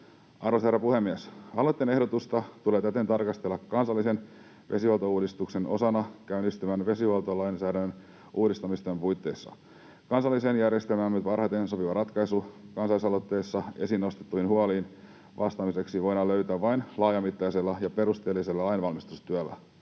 Arvoisa herra puhemies! Aloitteen ehdotusta tulee täten tarkastella kansallisen vesihuoltouudistuksen osana käynnistyvän vesihuoltolainsäädännön uudistamistyön puitteissa. Kansalliseen järjestelmäämme parhaiten sopiva ratkaisu kansalaisaloitteessa esiin nostettuihin huoliin vastaamiseksi voidaan löytää vain laajamittaisella ja perusteellisella lainvalmistelutyöllä,